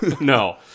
No